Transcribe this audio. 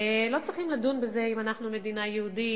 לא צריכים לדון אם אנחנו מדינה יהודית